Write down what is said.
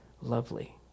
lovely